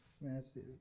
Massive